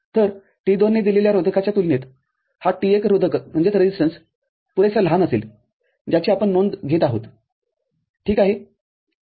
तर T२ ने दिलेल्या रोधकाच्या तुलनेत हा T १ रोधक पुरेसा लहान असेल ज्याची आपण नोंद घेत आहोत ठीक आहे